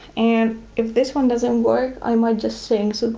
and if this one doesn't work, i might just sing, so